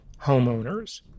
homeowners